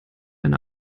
eine